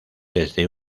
desde